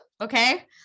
Okay